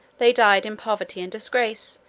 they died in poverty and disgrace,